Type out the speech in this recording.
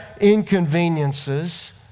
inconveniences